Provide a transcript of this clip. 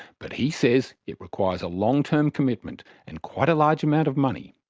but he says it requires a long-term commitment and quite a large amount of money,